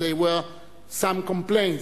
and there were some complaints,